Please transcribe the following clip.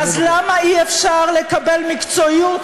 אז למה אי-אפשר לקבל מקצועיות,